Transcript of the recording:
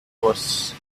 was